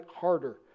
harder